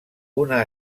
una